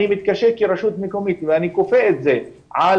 אני מתקשה כרשות מקומית ואני כופה את זה על